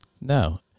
no